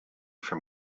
from